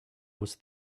was